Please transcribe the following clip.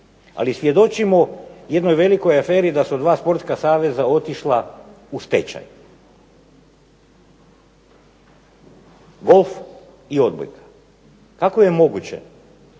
Ali svjedočimo jednoj velikoj aferi da su dva sportska saveza otišla u stečaj. Golf i odbojka. Kako je moguće